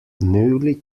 newly